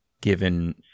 given